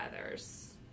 others